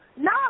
No